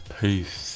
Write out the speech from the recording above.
Peace